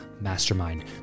mastermind